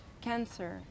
cancer